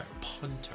punter